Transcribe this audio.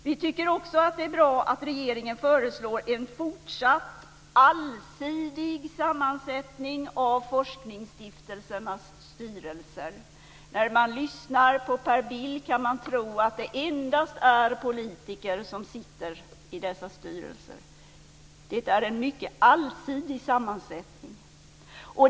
Vi tycker också att det är bra att regeringen föreslår en fortsatt allsidig sammansättning av forskningsstiftelsernas styrelser. När man lyssnar på Per Bill kan man tro att det endast är politiker som sitter i dessa styrelser. Det är en mycket allsidig sammansättning.